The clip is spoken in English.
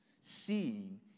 seeing